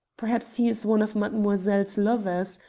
perhaps he is one of mademoiselle's lovers,